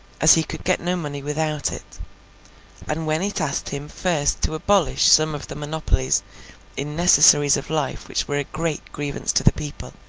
as he could get no money without it and when it asked him first to abolish some of the monopolies in necessaries of life which were a great grievance to the people,